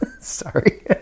sorry